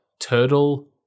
turtle